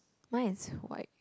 mine is white